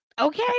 okay